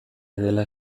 dela